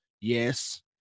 Yes